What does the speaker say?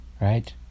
right